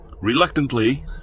Reluctantly